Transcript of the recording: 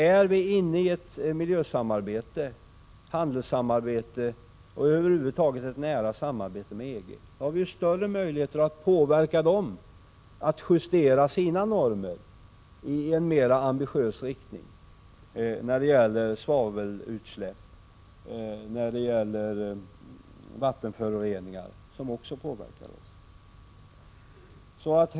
Är vi inne i ett miljösamarbete, ett handelssamarbete och över huvud taget ett nära samarbete med EG, har vi större möjligheter att påverka EG att justera sina normer i en mera ambitiös riktning, t.ex. när det gäller svavelutsläpp eller vattenföroreningar, som också påverkar oss.